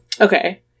okay